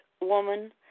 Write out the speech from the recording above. woman